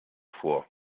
vor